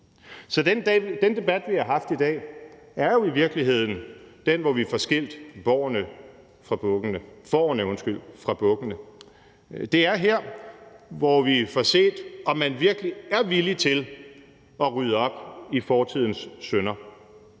Så den debat, vi har haft i dag, er jo i virkeligheden den, hvor vi får skilt fårene fra bukkene. Det er her, hvor vi får set, om man virkelig er villig til at rydde op i fortidens synder.